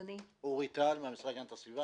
אורי טל, מהמשרד להגנת הסביבה.